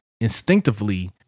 instinctively